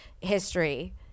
history